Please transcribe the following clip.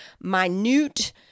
minute